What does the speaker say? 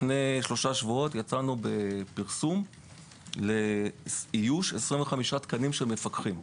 לפני שלושה שבועות יצאנו בפרסום לאיוש 25 תקנים של מפקחים.